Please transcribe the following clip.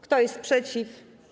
Kto jest przeciw?